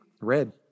red